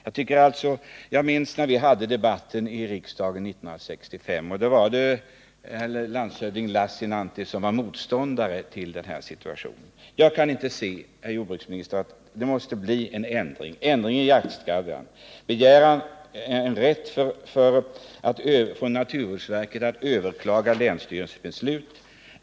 Jag minns att när vi hade vargdebatten i riksdagen 1965 var landshövding Lassinantti motståndare till den här situationen. Jag kan inte se annat än att det måste bli en ändring i jaktstadgan, herr jordbruksminister, och att vi måste begära rätt för naturvårdsverket att överklaga länsstyrelsens beslut.